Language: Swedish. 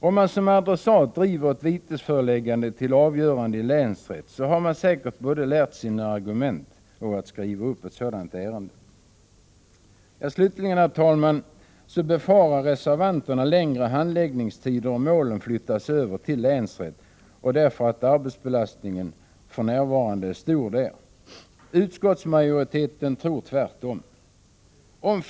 Om man som adressat driver ett vitesföreläggande till avgörande i länsrätt, har man säkert både lärt sina argument och att skriva upp ett sådant ärende. För det fjärde: Slutligen, herr talman, befarar reservanterna längre handläggningstider om målen flyttas över till länsrätt, eftersom arbetsbelastningen för närvarande är stor där. Utskottsmajoriteten tror att förhållandet är det motsatta.